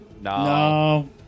No